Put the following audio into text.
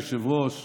אדוני היושב-ראש,